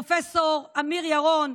פרופ' אמיר ירון,